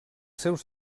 seus